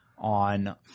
on